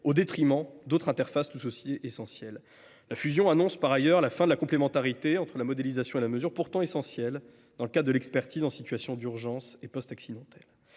au détriment d’autres interfaces tout aussi essentielles. La fusion annonce par ailleurs la fin de la complémentarité entre la modélisation et la mesure, pourtant essentielle dans le cadre de l’expertise en situation d’urgence et post accidentelle.